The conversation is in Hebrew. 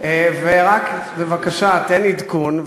ורק בבקשה תן עדכון,